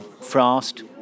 frost